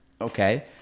okay